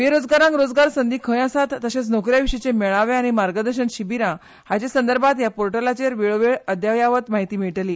बेरोजगारांक रोजगार संधी खंय आसात तशेंच नोकऱ्यां विशीचे मेळावे आनी मार्गदर्शन शिबीरां हाचे संदर्भात ह्या पोर्टलाचेर वेळोवेळ अद्ययावत म्हायती मेळटली